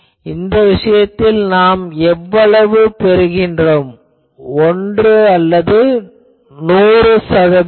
இந்த விஷயத்தில் நாம் எவ்வளவு பெறுகிறோம் 1 அல்லது 100 சதவிகிதம்